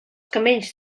camells